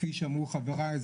כפי שאמרו חבריי,